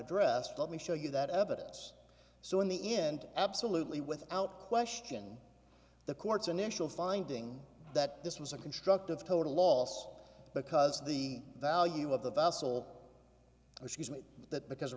addressed let me show you that evidence so in the end absolutely without question the court's initial finding that this was a constructive total loss because the value of the vessel assures me that because